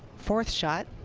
fourth shot.